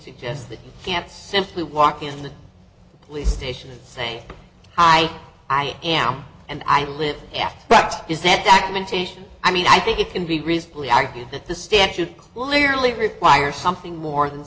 suggests that you can't simply walk in the police station and say hi i am and i live yeah but is that documentation i mean i think it can be reasonably argued that the stance you literally require something more than